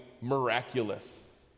miraculous